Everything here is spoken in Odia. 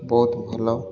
ବହୁତ ଭଲ